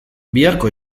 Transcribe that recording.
biharko